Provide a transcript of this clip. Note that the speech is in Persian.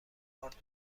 آرد